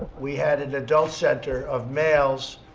we had an adult center of males.